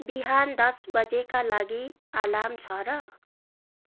बिहान दस बजीका लागि अलार्म छ र